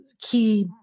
key